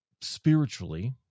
spiritually